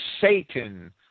Satan